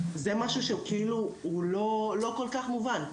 זה משהו שכאילו הוא לא כל כך מובן,